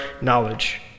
knowledge